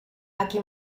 aquí